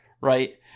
Right